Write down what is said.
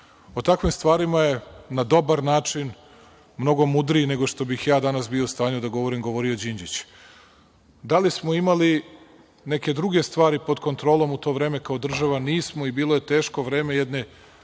O takvim stvarima je na dobar način mnogo mudriji nego što bih ja danas bio u stanju da govorim govorio Đinđić. Da li smo imali neke druge stvari pod kontrolom u to vreme kao država? Nismo i bilo je teško vreme jedne